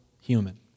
human